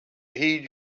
heed